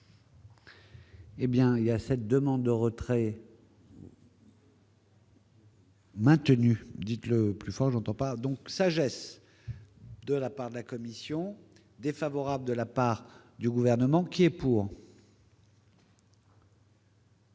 Eh bien, il y a cette demande de retrait. Dites le plus fort, j'entends pas donc sagesse de la part de la Commission défavorables de la part du gouvernement qui est pour.